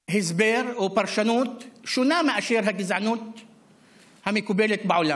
הסבר או פרשנות שונה מאשר לגזענות המקובלת בעולם,